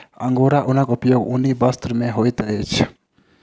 angora ऊनक उपयोग ऊनी वस्त्र में होइत अछि